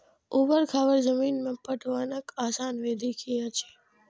ऊवर खावर जमीन में पटवनक आसान विधि की अछि?